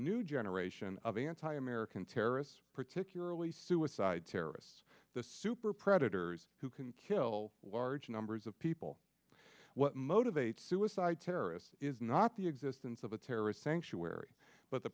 new generation of anti american terrorists particularly suicide terrorists the super predators who can kill large numbers of people what motivates suicide terrorists is not the existence of a terrorist sanctuary but the